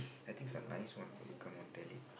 I think a nice one for you come on tell it